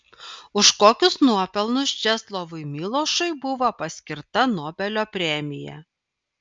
už kokius nuopelnus česlovui milošui buvo paskirta nobelio premija